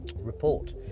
report